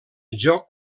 joc